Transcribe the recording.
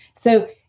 so,